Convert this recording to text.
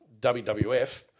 WWF